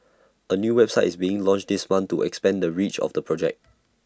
A new website is being launched this month to expand the reach of the project